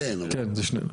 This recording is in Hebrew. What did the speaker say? כן, זה שני דברים שונים.